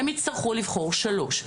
הם הצטרכו לבחור שלוש.